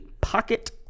pocket